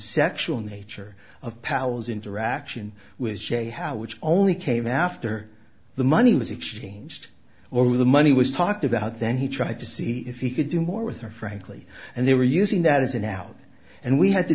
sexual nature of powers interaction with shay how which only came after the money was exchanged or the money was talked about then he tried to see if he could do more with her frankly and they were using that as an out and we had to